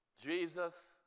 Jesus